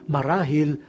Marahil